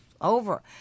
over